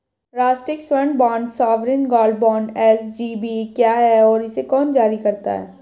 राष्ट्रिक स्वर्ण bond sovereign gold bond SGB क्या है और इसे कौन जारी करता है?